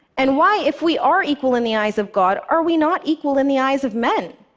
and why, if we are equal in the eyes of god, are we not equal in the eyes of men?